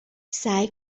سعی